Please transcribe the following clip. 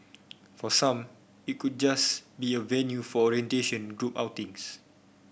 for some it could just be a venue for orientation group outings